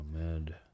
Ahmed